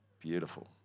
beautiful